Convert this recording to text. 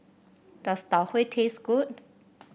does Tau Huay taste good